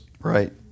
right